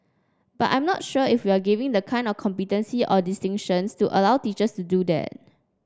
but I'm not sure if we're giving the kind of competency or distinctions to allow teachers to do that